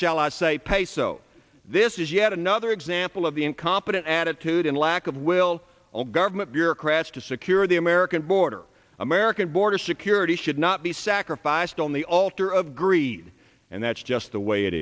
shall i say pay so this is yet another example of the incompetent added to the lack of will all government bureaucrats to secure the american border american border security should not be sacrificed on the altar of greed and that's just the way it